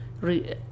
re